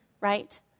right